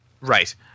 Right